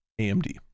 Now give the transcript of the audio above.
AMD